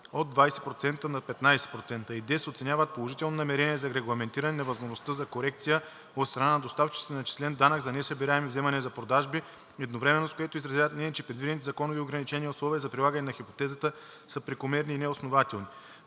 от 20% на 15%. ИДЕС оценяват положителното намерение за регламентиране на възможността за корекция от страна на доставчиците на начислен данък за несъбираеми вземания за продажби, едновременно с което изразяват мнение, че предвидените законови ограничения и условия за прилагане на хипотезата са прекомерни и неоснователни.